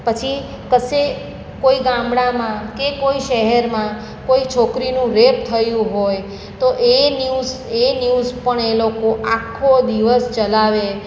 પછી કશે કોઈ ગામડામાં કે કોઈ શહેરમાં કોઈ છોકરીનું રેપ થયું હોય તો એ ન્યૂઝ એ ન્યૂઝ પણ એ લોકો આખો દિવસ ચલાવે